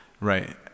Right